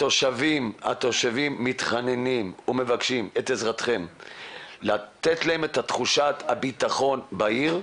התושבים מתחננים ומבקשים את עזרתכם לתת להם את תחושת הביטחון בעיר.